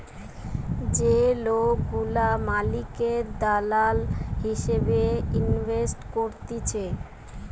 যে লোকগুলা মালিকের দালাল হিসেবে ইনভেস্ট করতিছে